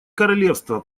королевство